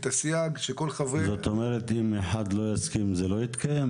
אם אחד לא יסכים, זה לא יתקיים?